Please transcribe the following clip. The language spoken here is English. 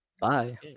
Bye